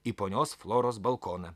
į ponios floros balkoną